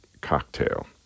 cocktail